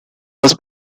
was